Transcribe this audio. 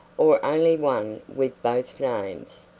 or only one with both names.